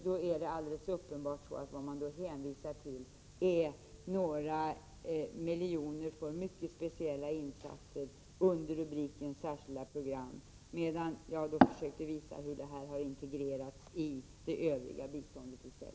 Det är alldeles uppenbart att man då hänvisar till några miljoner avsedda för mycket speciella insatser med rubriken Särskilda program. Jag däremot försökte visa hur dessa saker har integrerats i det övriga biståndet.